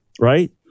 right